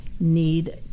need